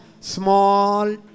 small